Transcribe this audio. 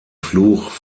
fluch